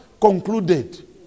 Concluded